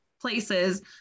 places